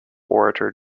orator